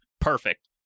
perfect